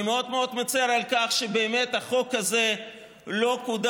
ראש הממשלה לא בא.